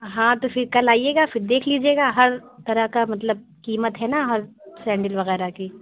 ہاں تو پھر کل آئیے گا پھر دیکھ لیجیے گا ہر طرح کا مطلب قیمت ہے نا ہر سینڈل وغیرہ کی